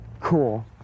cool